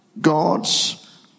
God's